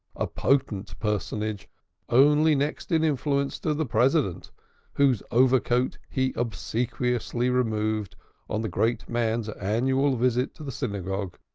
a potent personage only next in influence to the president whose overcoat he obsequiously removed on the greater man's annual visit to the synagogue.